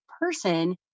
person